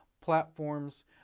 platforms